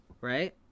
right